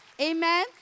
Amen